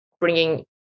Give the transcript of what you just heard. bringing